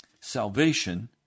Salvation